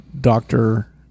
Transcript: doctor